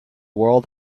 world